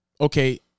Okay